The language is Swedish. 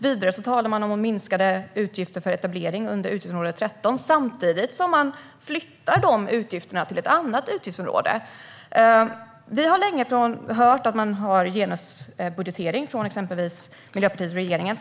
Vidare talar man om minskade utgifter för etablering under utgiftsområde 13, samtidigt som man flyttar de utgifterna till ett annat utgiftsområde. Vi har länge hört att man har genusbudgetering från exempelvis Miljöpartiet och regeringen.